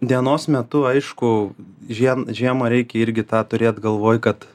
dienos metu aišku žiem žiemą reikia irgi tą turėt galvoj kad